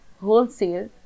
Wholesale